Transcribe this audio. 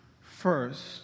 first